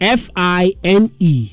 fine